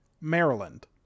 Maryland